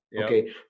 okay